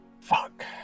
Fuck